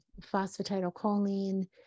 phosphatidylcholine